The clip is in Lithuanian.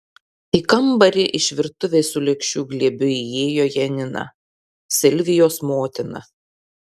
į kambarį iš virtuvės su lėkščių glėbiu įėjo janina silvijos motina